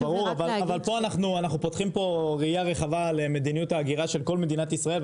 פה אנחנו פותחים ראייה רחבה על מדיניות ההגירה של כל מדינת ישראל,